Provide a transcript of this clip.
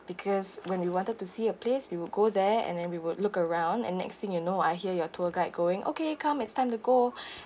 because when we wanted to see a place we will go there and then we would look around and next thing you know I hear your tour guide going okay come it's time to go